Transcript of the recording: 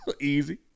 Easy